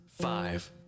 five